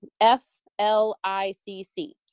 F-L-I-C-C